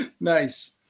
Nice